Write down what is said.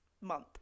month